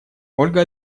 ольга